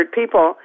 people